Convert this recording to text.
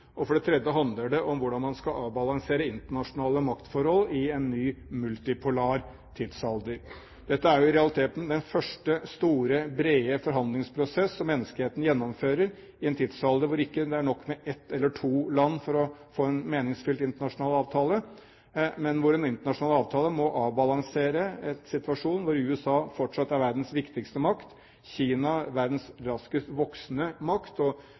og for det tredje handler det om hvordan man skal avbalansere internasjonale maktforhold i en ny multipolar tidsalder. Dette er i realiteten den første store, brede forhandlingsprosess som menneskeheten gjennomfører i en tidsalder hvor det ikke er nok med ett eller to land for å få en meningsfylt internasjonal avtale, men hvor en internasjonal avtale må avbalansere en situasjon hvor USA fortsatt er verdens viktigste makt, Kina er verdens raskest voksende makt og